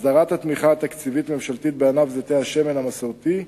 הסדרת התמיכה התקציבית ממשלתית בענף זיתי השמן המסורתי,